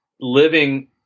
living